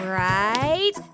right